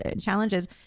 challenges